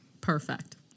perfect